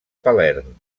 palerm